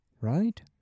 right